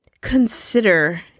consider